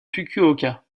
fukuoka